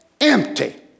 empty